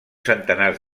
centenars